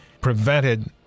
prevented